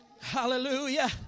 hallelujah